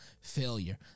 failure